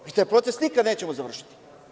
Taj proces nikad nećemo završiti.